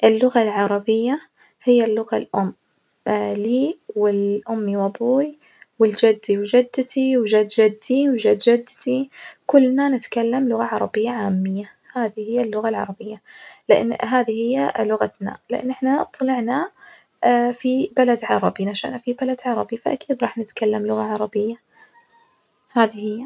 اللغة العربية هي اللغة الأم لي ولأمي وأبوي ولجدي وجدتي وجد جدي وجد جدتي كلنا نتكلم لغة عربية عامية، هذي هي اللغة العربية لأن هذي هي لغتنا لأن إحنا طلعنا في بلد عربي نشأنا في بلد عربي فأكيد راح نتكلم لغة عربية، هذي هي.